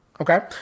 okay